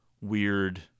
weird